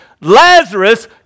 Lazarus